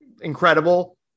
incredible